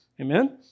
amen